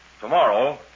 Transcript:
tomorrow